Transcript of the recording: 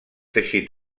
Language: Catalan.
teixit